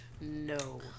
No